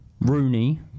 Rooney